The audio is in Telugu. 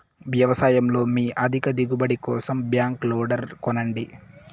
వ్యవసాయంలో మీ అధిక దిగుబడి కోసం బ్యాక్ లోడర్ కొనండి